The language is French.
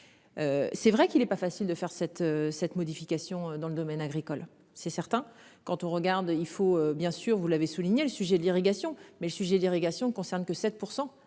C'est vrai qu'il est pas facile de faire cette, cette modification dans le domaine agricole c'est certain quand on regarde, il faut bien sûr vous l'avez souligné le sujet de l'irrigation. Mais le sujet d'irrigation concerne que 7%